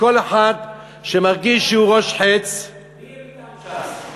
כל אחד שמרגיש שהוא ראש חץ, מי יהיה מטעם ש"ס?